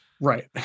Right